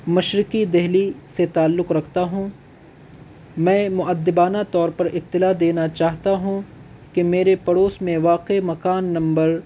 مشرقی دہلی سے تعلق رکھتا ہوں میں مدبانہ طور پر اطلاع دینا چاہتا ہوں کہ میرے پڑوس میں واقع مکان نمبر